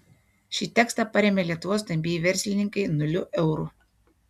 šį tekstą parėmė lietuvos stambieji verslininkai nuliu eurų